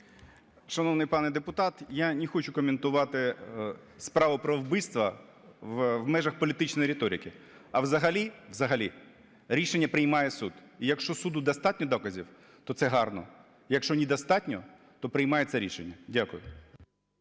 Шановний пане депутат, я не хочу коментувати справу про вбивство в межах політичної риторики. А взагалі рішення приймає суд. І якщо суду достатньо доказів, то це гарно. Якщо не достатньо, то приймається рішення. Дякую.